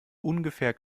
ungefähr